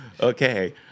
Okay